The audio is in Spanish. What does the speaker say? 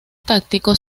táctico